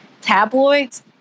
tabloids